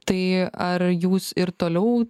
tai ar jūs ir toliau